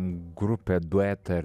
grupę duetą